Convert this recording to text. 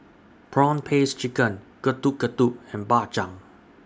Prawn Paste Chicken Getuk Getuk and Bak Chang